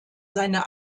seine